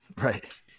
Right